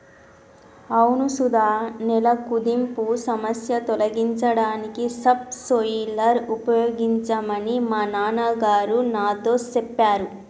అవును సుధ నేల కుదింపు సమస్య తొలగించడానికి సబ్ సోయిలర్ ఉపయోగించమని మా నాన్న గారు నాతో సెప్పారు